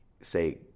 say